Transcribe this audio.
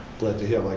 glad to hear, like